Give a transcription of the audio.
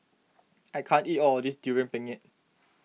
I can't eat all of this Durian Pengat